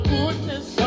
goodness